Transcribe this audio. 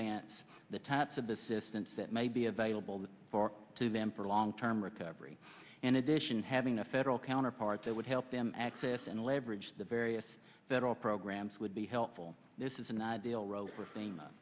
vance the types of the systems that may be available for to them for long term recovery in addition having a federal counterpart that would help them access and leverage the various federal programs would be helpful this is an ideal role for fam